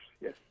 Yes